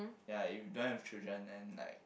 ya if don't have children then like